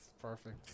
Perfect